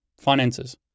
finances